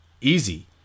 Easy